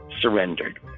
surrendered